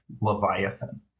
Leviathan